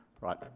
Right